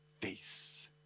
face